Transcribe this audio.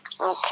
Okay